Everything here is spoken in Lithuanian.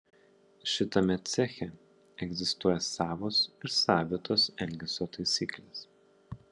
šitame ceche egzistuoja savos ir savitos elgesio taisyklės